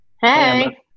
Hey